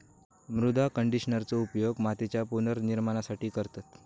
मृदा कंडिशनरचो उपयोग मातीच्या पुनर्निर्माणासाठी करतत